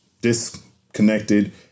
disconnected